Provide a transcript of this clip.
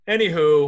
Anywho